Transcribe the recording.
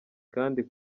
kandi